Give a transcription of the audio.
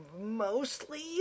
mostly